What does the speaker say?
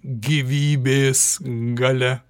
gyvybės galia